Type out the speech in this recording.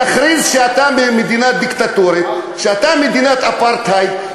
תכריז שאתה מדינה דיקטטורית, שאתה מדינת אפרטהייד.